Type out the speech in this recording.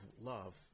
love